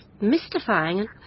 mystifying